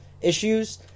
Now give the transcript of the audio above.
issues